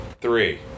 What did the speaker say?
three